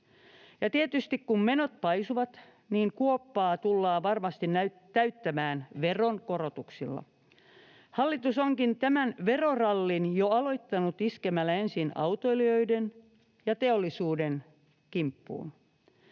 tietysti kun menot paisuvat, niin kuoppaa tullaan varmasti täyttämään veronkorotuksilla. Hallitus onkin tämän verorallin jo aloittanut iskemällä ensin autoilijoiden ja teollisuuden kimppuun.